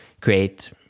create